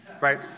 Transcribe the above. right